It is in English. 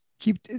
keep